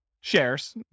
shares